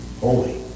Holy